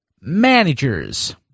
managers